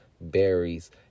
Berries